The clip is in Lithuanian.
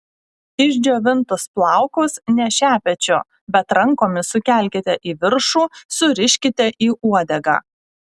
išdžiovintus plaukus ne šepečiu bet rankomis sukelkite į viršų suriškite į uodegą